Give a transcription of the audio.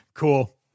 Cool